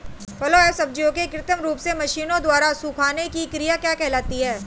फलों एवं सब्जियों के कृत्रिम रूप से मशीनों द्वारा सुखाने की क्रिया क्या कहलाती है?